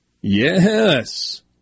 Yes